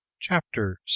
Chapter